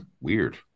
Weird